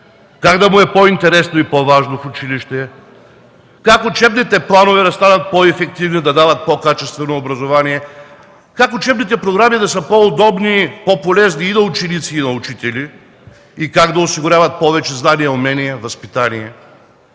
как да му е по-интересно и по-важно в училище; как учебните планове да станат по-ефективни, да дават по-качествено образование; как учебните програми да са по-удобни, по-полезни на ученици и учители и как да осигуряват повече знания, умения и възпитание;